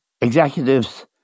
executives